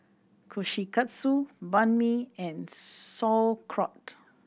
Kushikatsu Banh Mi and Sauerkraut